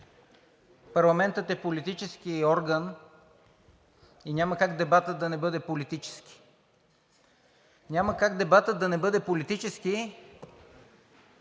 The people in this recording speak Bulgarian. парламентът е политически орган и няма как дебатът да не бъде политически. Няма как дебатът да не бъде политически,